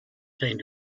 seemed